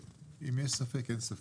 אם יש ספק אין ספק.